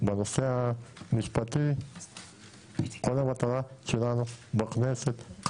בנושא המשפטי כל המטרה שלנו בכנסת היא